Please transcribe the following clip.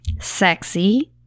sexy